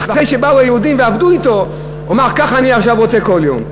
ואחרי שבאו היהודים ועבדו אתו הוא אמר: ככה אני עכשיו רוצה כל יום.